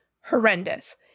horrendous